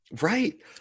right